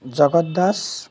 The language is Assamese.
জগৎ দাস